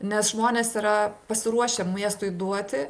nes žmonės yra pasiruošę miestui duoti